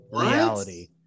reality